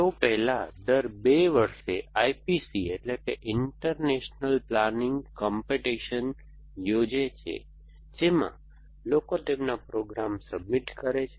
તેઓ પહેલાં દર 2 વર્ષે IPC એટલેકે ઇન્ટરનેશનલ પ્લાનિંગ કોમ્પિટિશન યોજે છે જેમાં લોકો તેમના પ્રોગ્રામ સબમિટ કરે છે